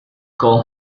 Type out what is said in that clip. call